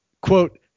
Quote